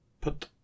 put